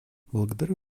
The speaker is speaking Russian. благодарю